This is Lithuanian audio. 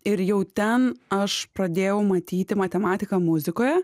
ir jau ten aš pradėjau matyti matematiką muzikoje